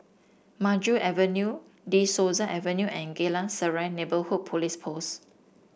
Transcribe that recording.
Maju Avenue De Souza Avenue and Geylang Serai Neighbourhood Police Post